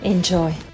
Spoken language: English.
Enjoy